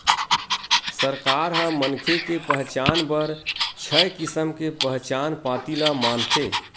सरकार ह मनखे के पहचान बर छय किसम के पहचान पाती ल मानथे